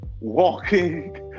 walking